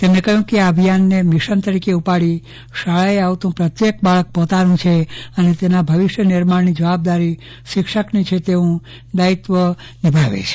તેમણે કહ્યું કે આ અભિયાનને મિશન તરીકે ઉપાડી શાળાએ આવતું પ્રત્યેક બાળક પોતાનું છે અને તેના ભવિષ્ય નિર્માણની નૈતિક જવાબદારી શિક્ષકની છે તેવું દાયિત્ય નિભાવે છે